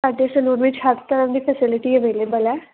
ਸਾਡੇ ਸਲੋਨ ਵਿੱਚ ਹਰ ਤਰ੍ਹਾਂ ਦੀ ਫੈਸਿਲਿਟੀ ਅਵੇਲੇਬਲ ਹੈ